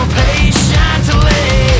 patiently